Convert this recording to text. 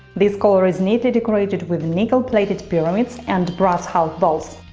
this collar is neatly decorated with nickel plated pyramids and brass half balls.